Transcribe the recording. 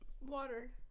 water